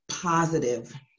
positive